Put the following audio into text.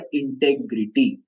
integrity